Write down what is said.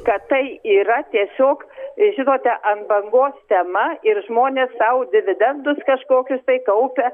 kad tai yra tiesiog žinote ant bangos tema ir žmonės sau dividendus kažkokius tai kaupia